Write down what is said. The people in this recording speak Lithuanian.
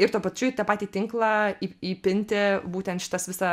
ir tuo pačiu į tą patį tinklą į įpinti būtent šitas visą